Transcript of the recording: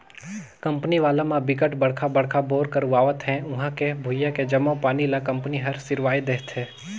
company वाला म बिकट बड़का बड़का बोर करवावत हे उहां के भुइयां के जम्मो पानी ल कंपनी हर सिरवाए देहथे